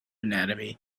anatomy